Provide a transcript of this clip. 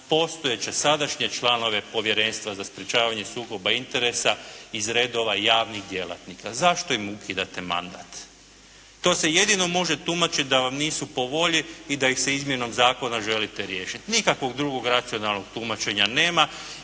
postojeće, sadašnje članove Povjerenstva za sprječavanje sukoba interesa iz redova javnih djelatnika. Zašto im ukidate mandat? To se jedino može tumačiti da vam nisu po volji i da ih se izmjenom zakona želite riješiti. Nikakvog drugog racionalnog tumačenja nema